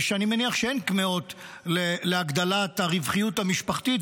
שאני מניח שהן כמהות להגדלת הרווחיות המשפחתית.